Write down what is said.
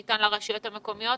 שניתן לרשויות המקומיות.